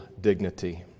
dignity